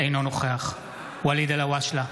אינו נוכח ואליד אלהואשלה,